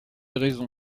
raison